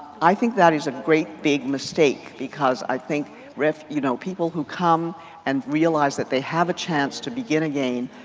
i think that is a great big mistake. because i think that you know people who come and realize that they have a chance to begin again,